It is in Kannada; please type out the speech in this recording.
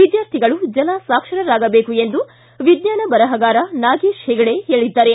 ವಿದ್ಯಾರ್ಥಿಗಳು ಜಲ ಸಾಕ್ಷರರಾಗಬೇಕು ಎಂದು ವಿಜ್ಞಾನ ಬರಹಗಾರ ನಾಗೇತ ಹೆಗಡೆ ಹೇಳದ್ದಾರೆ